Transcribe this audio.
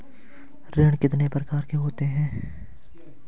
ऋण कितने प्रकार के होते हैं?